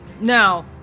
Now